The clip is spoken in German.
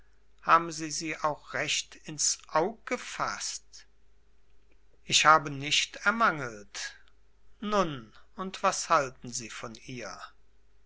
haben sie sie auch recht ins aug gefaßt ich habe nicht ermangelt nun und was halten sie von ihr